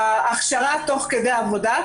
ההכשרה תוך כדי עבודה,